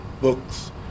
books